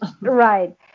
Right